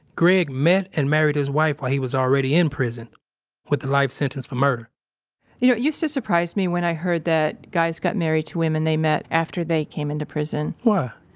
greg met and married his wife while he was already in prison with a life sentence for murder you know, it used to surprise me when i heard that guys got married to women they met after they came into prison why?